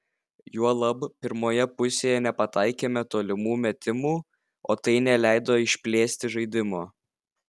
juolab pirmoje pusėje nepataikėme tolimų metimų o tai neleido išplėsti žaidimo